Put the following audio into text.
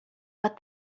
but